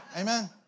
Amen